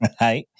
Right